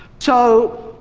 so,